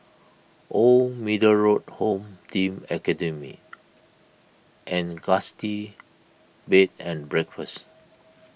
Old Middle Road Home Team Academy and Gusti Bed and Breakfast